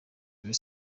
rayon